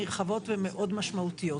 נרחבות ומאוד משמעותיות.